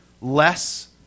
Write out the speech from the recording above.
less